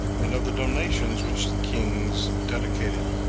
and of the donations which the kings dedicated.